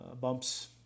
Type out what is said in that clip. bumps